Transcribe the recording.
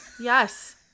Yes